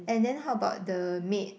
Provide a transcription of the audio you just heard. and then how about the maid